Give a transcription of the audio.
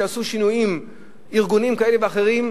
שעשו שינויים ארגוניים כאלה ואחרים,